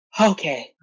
Okay